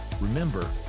Remember